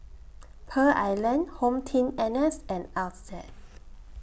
Pearl Island HomeTeam N S and Altez